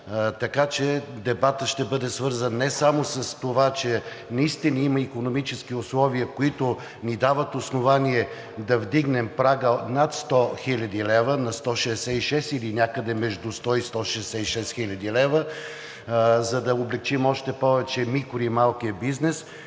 Така че дебатът ще бъде свързан не само с това, че наистина има икономически условия, които ни дават основание да вдигнем прага над 100 хил. лв. – на 166 хил. лв., или някъде между 100 и 166 хил. лв., за да облекчим още повече микро- и малкия бизнес,